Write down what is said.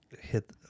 hit